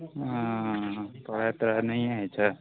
हँ पढ़ाइ तढ़ाइ नहिए होइ छै